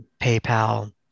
PayPal